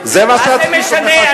מה זה משנה,